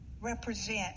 represent